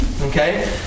Okay